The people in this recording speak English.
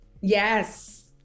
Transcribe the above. Yes